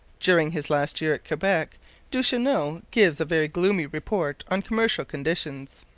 during his last year at quebec duchesneau gives a very gloomy report on commercial conditions.